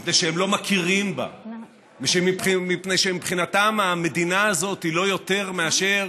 מפני שהם לא מכירים בה ומפני שמבחינתם המדינה הזאת היא לא יותר מאשר